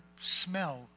smell